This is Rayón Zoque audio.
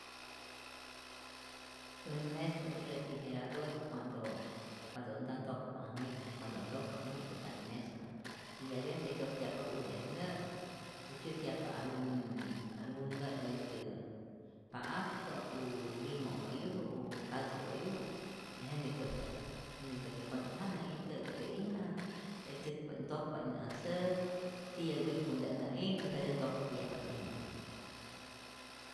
Äj mespa't je refrigerador, cuando cuando nta' ntokpa äj wi'ku, cuando't ntokpa äj wi'ku nta't mespa y aveces kyojtyajpa une' nä' u tzyäjkyajpa algun algun nä' este pa'akpä u limo'nhäyupä u katzu'äyupä y jenä kyojtyajpa jenä kyojtyajpa, cuando't ja na'intä'ktä'ijna jejtzyä'kpa't ntokpa't'ijna äj säk, tiyä wi'ku'tä nä'ijtu jete ntokpä'yajpa't'ijna.